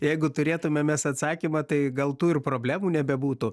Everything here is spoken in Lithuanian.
jeigu turėtumėm mes atsakymą tai gal tų ir problemų nebebūtų